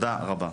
תודה רבה.